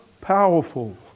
powerful